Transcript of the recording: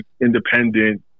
independent